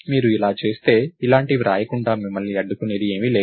మీరు ఇలా చేస్తే ఇలాంటివి రాయకుండా మిమ్మల్ని అడ్డుకునేది ఏమీ లేదు